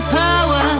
power